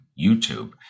YouTube